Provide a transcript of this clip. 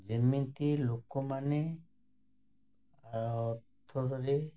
ଯେମିତି ଲୋକମାନେ ଅଥରରେ